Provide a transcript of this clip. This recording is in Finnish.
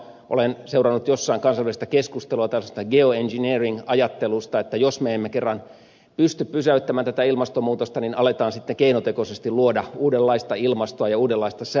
olen seurannut jossain kansainvälistä keskustelua tällaisesta geoengineering ajattelusta että jos me emme kerran pysty pysäyttämään tätä ilmastonmuutosta niin aletaan sitten keinotekoisesti luoda uudenlaista ilmastoa ja uudenlaista säätä